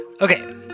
Okay